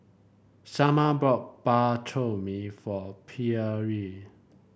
Shamar bought Bak Chor Mee for Pierre